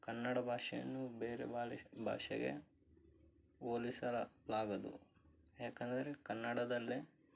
ಕನ್ನಡ ಭಾಷೆಯನ್ನು ಬೇರೆ ಭಾಷೆಗೆ ಹೋಲಿಸ ಲಾಗದು ಯಾಕೆಂದರೆ ಕನ್ನಡದಲ್ಲೇ